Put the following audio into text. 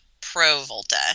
pro-Volta